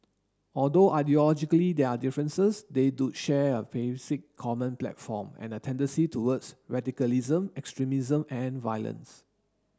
although ideologically there are differences they do share a basic common platform and a tendency towards radicalism extremism and violence